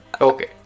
Okay